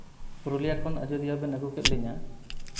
ᱯᱩᱨᱩᱞᱤᱭᱟ ᱠᱷᱚᱱ ᱟᱡᱚᱫᱤᱭᱟᱹ ᱵᱮᱱ ᱟᱹᱜᱩ ᱠᱮᱫ ᱞᱤᱧᱟᱹ